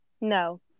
no